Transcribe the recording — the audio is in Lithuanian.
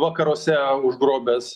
vakaruose užgrobęs